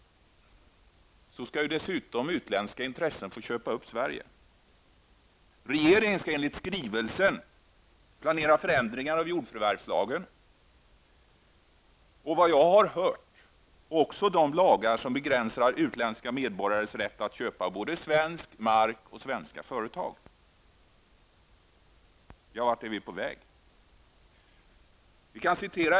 Nu skall ju dessutom utländska intressen få köpa upp Sverige. Regeringen planerar enligt skrivelsen en förändring av jordförvärvslagen och även de lagar som begränsar utländska medborgares rätt att köpa både svensk mark och svenska företag, efter vad jag har hört. Vart är vi på väg?